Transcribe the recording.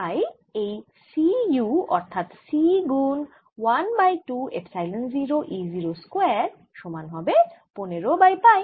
তাই এই c u অর্থাৎ c গুন 1 বাই 2 এপসাইলন 0 E 0 স্কয়ার সমান হবে পনের বাই পাই